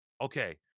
okay